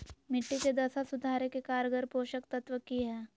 मिट्टी के दशा सुधारे के कारगर पोषक तत्व की है?